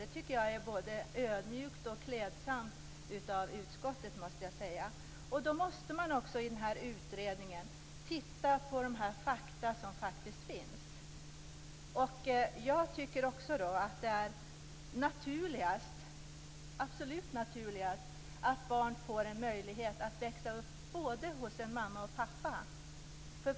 Det tycker jag är både ödmjukt och klädsamt av utskottet. Man måste i utredningen titta på de fakta som finns. Jag tycker också att det är absolut naturligast att barn får en möjlighet att växa upp hos både en mamma och en pappa.